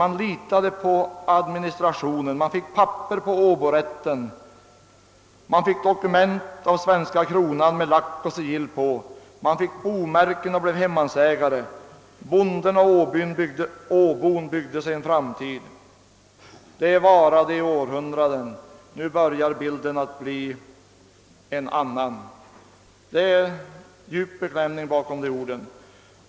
Man litade på administrationen, man fick papper på åborätten, man fick dokument av svenska kronan med lack och sigill, man fick bomärken och blev hemmansägare. Bonden och åbon byggde sig en framtid. Det varade i århundraden. Nu börjar bilden bli en annan. Det är djup beklämning bakom dessa ord.